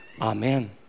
Amen